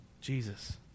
Jesus